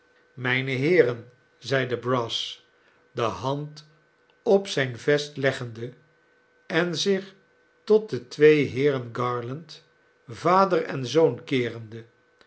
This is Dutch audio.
mijne heeren zeide brass de hand op zijn vest leggende en zich tot de twee heeren garland vader en zoon keerende